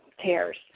tears